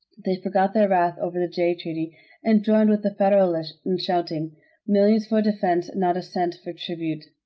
they forgot their wrath over the jay treaty and joined with the federalists in shouting millions for defense, not a cent for tribute!